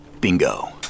Bingo